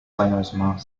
soigneusement